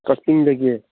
ꯀꯛꯆꯤꯡꯗꯒꯤ